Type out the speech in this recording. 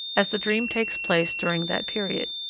as the dream takes place during that period.